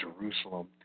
Jerusalem